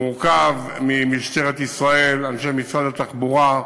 מורכב ממשטרת ישראל, אנשי משרד התחבורה,